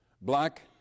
black